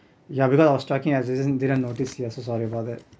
yeah because I was talking as doesn't didn't notice yes so sorry about that